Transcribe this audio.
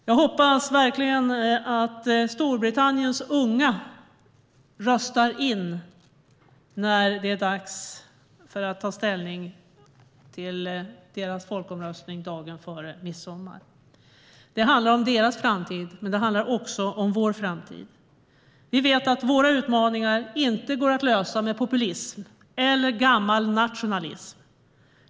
Jag hoppas verkligen att Storbritanniens unga röstar för att Storbritannien ska bli kvar i EU när det är dags att ta ställning till det i deras folkomröstning dagen före midsommar. Det handlar om deras framtid, men det handlar också om vår framtid. Vi vet att våra utmaningar inte går att lösa genom populism eller gammal nationalism.